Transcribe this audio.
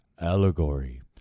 allegory